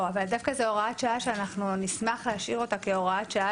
דווקא זאת הוראת שעה שנשמח להשאיר אותה כהוראת שעה,